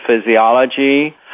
physiology